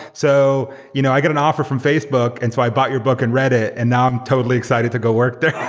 so you know i got an offer from facebook and so i bought your book and read it and now i'm totally excited to go there.